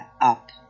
up